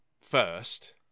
first